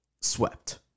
swept